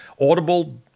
Audible